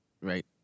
Right